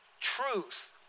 truth